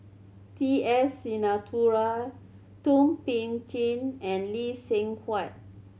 T S Sinnathuray Thum Ping Tjin and Lee Seng Huat